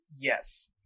yes